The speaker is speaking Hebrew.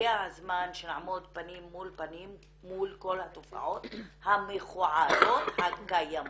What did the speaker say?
והגיע הזמן שנעמוד פנים מול פנים מול כל התופעות המכוערות הקיימות,